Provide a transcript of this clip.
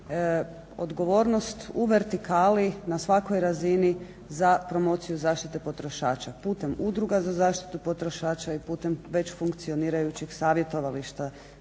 odgovornost u vertikali na svakoj razini za promociju zaštite potrošača putem udruga za zaštitu potrošača i putem već funkcionirajućih savjetovališta